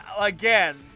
again